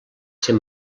ser